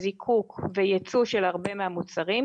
זיקוק וייצוא של הרבה מהמוצרים,